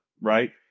right